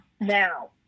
now